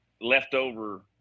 leftover